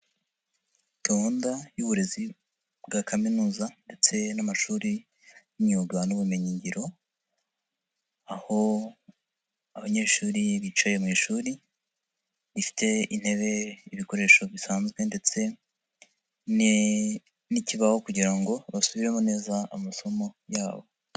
Gahunda y'uburezi bwa kaminuza ndetse n'amashuri y'imyuga n'ubumenyi ngiro, aho abanyeshuri bicaye mu ishuri rifite intebe, ibikoresho bisanzwe ndetse n'ikibaho kugira ngo basubiremo neza amasomo yabo.